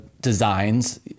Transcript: designs